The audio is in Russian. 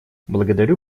благодарю